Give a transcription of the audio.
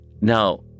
now